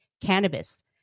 cannabis